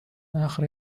آخر